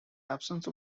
absence